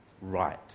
right